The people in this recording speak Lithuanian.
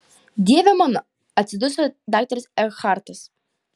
dieve mano atsiduso daktaras ekhartas